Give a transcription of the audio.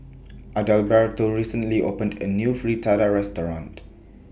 Adalberto recently opened A New Fritada Restaurant